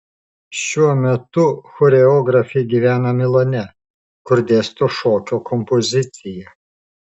šiuo metu choreografė gyvena milane kur dėsto šokio kompoziciją